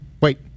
Wait